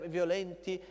violenti